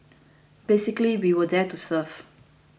basically we were there to serve